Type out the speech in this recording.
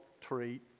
treat